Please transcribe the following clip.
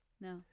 No